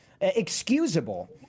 excusable